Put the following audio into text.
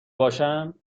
باشم